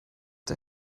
der